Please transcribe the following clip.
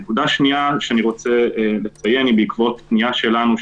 נקודה שנייה שאני רוצה לציין היא בעקבות פנייה שלנו,